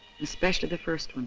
especially the first one.